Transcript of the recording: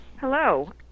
Hello